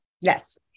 Yes